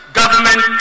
government